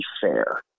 fair